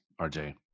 RJ